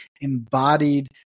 embodied